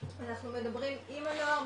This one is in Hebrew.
אנחנו מדברים עם הנוער,